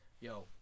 Yo